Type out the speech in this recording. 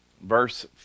Verse